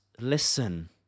listen